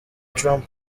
trump